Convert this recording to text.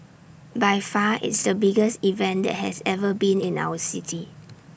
by far it's the biggest event that has ever been in our city